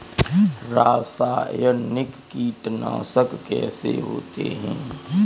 रासायनिक कीटनाशक कैसे होते हैं?